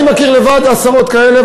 אני עצמי מכיר עשרות כאלה,